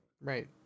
Right